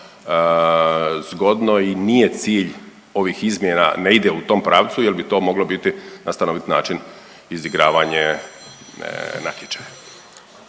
zgodno i nije cilj ovih izmjena ne ide u tom pravcu jer bi to moglo biti na stanovit način izigravanje natječaja.